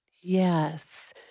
Yes